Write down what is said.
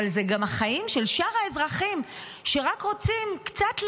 אבל זה גם החיים של שאר האזרחים שרק רוצים קצת ליהנות,